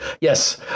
Yes